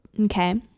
Okay